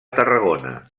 tarragona